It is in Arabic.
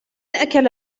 أكل